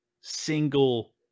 single